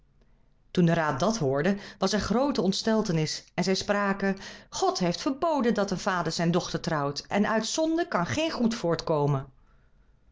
toen de raad dat hoorde was er groote ontsteltenis en zij spraken god heeft verboden dat een vader zijn dochter trouwt en uit zonde kan geen goed voortkomen